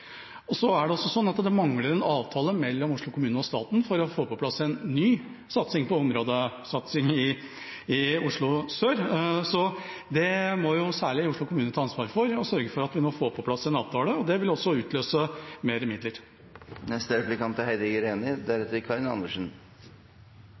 sør. Så vidt jeg kjenner til, er det mer enn hva Oslo kommune selv bidrar med i Oslo sør. Det mangler en avtale mellom Oslo kommune og staten for å få på plass en ny områdesatsing i Oslo sør. Det må særlig Oslo kommune ta ansvar for, og sørge for at vi får på plass en avtale. Det vil også utløse mer midler.